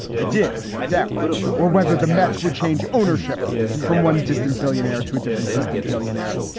i did. it worked out or whether the mets would change ownership from one distant billionaire to a different distant billionaire.